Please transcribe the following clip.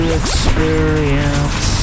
experience